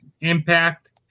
Impact